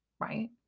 right